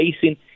facing